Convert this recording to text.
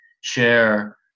share